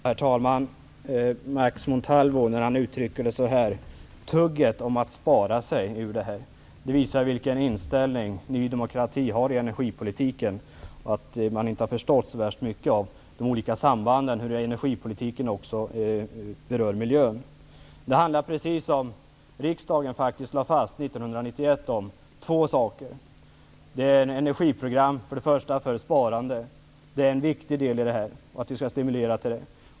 Herr talman! Max Montalvo uttrycker sig på följande sätt: ''Flummet om att spara sig ur detta''. Det visar vilken inställning Ny demokrati har i energipolitiken. Man har inte förstått sambanden i fråga om hur energipolitiken berör miljön. Riksdagen lade fast 1991 två saker. Först och främst var det ett energiprogram med inriktning mot sparande. Det är en viktig del av detta.